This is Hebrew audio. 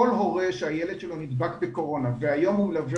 כל הורה שהילד שלו נדבק בקורונה והיום הוא מלווה